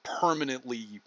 permanently